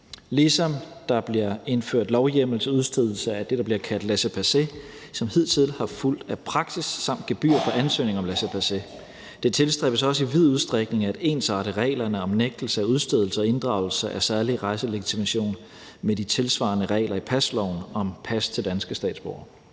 ligeledes indført lovhjemmel til udstedelse af det, der bliver kaldt laissez-passer, som hidtil har fulgt af praksis, samt gebyr for ansøgning om laissez-passer. Det tilstræbes også i vid udstrækning at ensarte reglerne om nægtelse af udstedelse og inddragelse af særlig rejselegitimation med de tilsvarende regler i pasloven om pas til danske statsborgere.